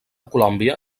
colòmbia